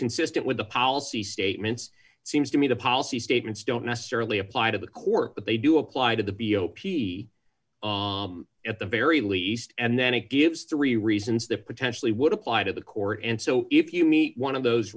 consistent with the policy statements it seems to me the policy statements don't necessarily apply to the court but they do apply to the b o p at the very least and then it gives three reasons that potentially would apply to the court and so if you meet one of those